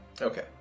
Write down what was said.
Okay